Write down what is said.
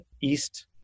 East